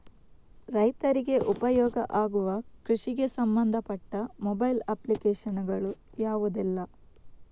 ರೈತರಿಗೆ ಉಪಯೋಗ ಆಗುವ ಕೃಷಿಗೆ ಸಂಬಂಧಪಟ್ಟ ಮೊಬೈಲ್ ಅಪ್ಲಿಕೇಶನ್ ಗಳು ಯಾವುದೆಲ್ಲ?